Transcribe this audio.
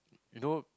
you know